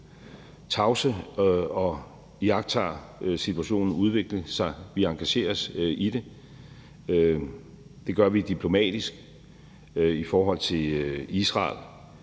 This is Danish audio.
tavse og iagttager situationen udvikle sig. Vi engagerer os i det. Det gør vi diplomatisk i forhold til Israel.